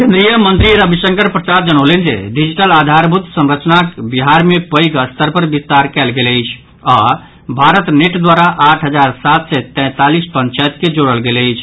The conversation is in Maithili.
केन्द्रीय मंत्री रविशंकर प्रसाद जनौलनि जे डिजिटल आधारभूत संरचनाक बिहार मे पैघ स्तर पर विस्तार कयल गेल अछि आओर भारत नेट द्वारा आठ हजार सात सय तैंतालीस पंचायत के जोड़ल गेल अछि